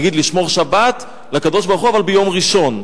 נגיד לשמור שבת לקדוש-ברוך-הוא אבל ביום ראשון,